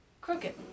crooked